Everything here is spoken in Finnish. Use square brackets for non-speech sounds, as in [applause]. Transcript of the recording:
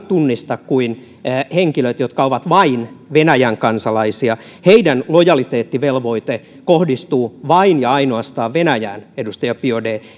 [unintelligible] tunnista kuin henkilöt jotka ovat vain venäjän kansalaisia heidän lojaliteettivelvoitteensa kohdistuu vain ja ainoastaan venäjään edustaja biaudet